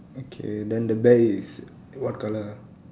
okay then the bear is what colour ah